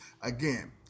Again